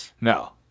No